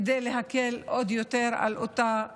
כדי להקל עוד יותר על אותה שכבה.